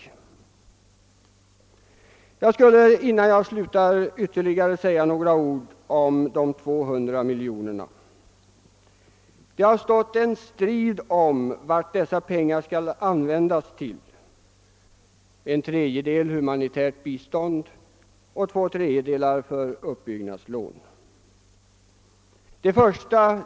Innan jag slutar, vill jag säga ytterligare några ord om de 200 miljonerna. Det har stått strid om vad dessa pengar skall användas till. Man har sagt att cirka en tredjedel skall användas till humanitärt bistånd och två tredjedelar till uppbyggnadslån.